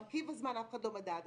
מרכיב הזמן אף אחד לא מדד אותו.